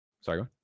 Sorry